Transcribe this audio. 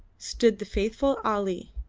stood the faithful ali.